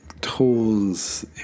tools